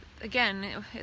again